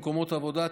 במקומות עבודה,